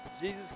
Jesus